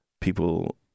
People